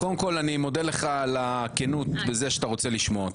קודם כול אני מודה לך על הכנות בזה שאתה רוצה לשמוע אותי.